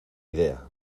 idea